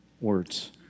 words